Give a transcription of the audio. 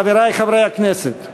חברי חברי הכנסת,